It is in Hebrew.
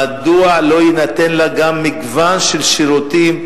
מדוע לא יינתן לה גם מגוון של שירותים,